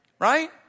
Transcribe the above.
Right